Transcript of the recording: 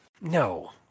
No